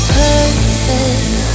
perfect